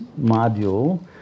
module